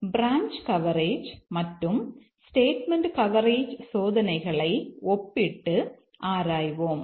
branch coverage மற்றும் statement coverage சோதனைகளை ஒப்பிட்டு ஆராய்வோம்